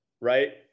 right